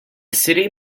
city